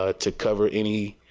ah to cover any